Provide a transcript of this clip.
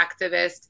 activist